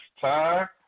time